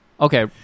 Okay